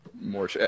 more